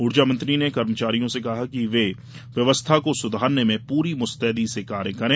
ऊर्जा मंत्री ने कर्मचारियों से कहा कि वे व्यवस्था को सुधारने में पूरी मुस्तैदी से कार्य करें